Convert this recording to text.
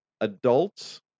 Adults